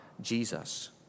Jesus